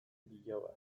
bilobak